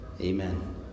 Amen